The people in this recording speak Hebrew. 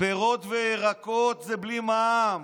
פירות וירקות זה בלי מע"מ,